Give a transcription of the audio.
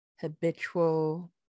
habitual